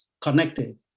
connected